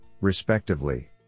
respectively